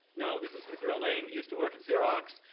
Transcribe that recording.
now, this is his real name. he used to work at xerox.